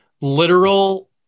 literal